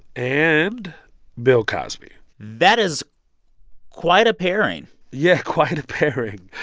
and bill cosby that is quite a pairing yeah, quite a pairing.